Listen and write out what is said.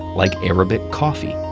like arabic coffee,